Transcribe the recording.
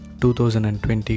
2020